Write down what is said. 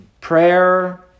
prayer